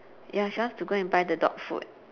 ya she wants to go and buy the dog food